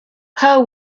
pearl